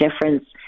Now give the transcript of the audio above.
difference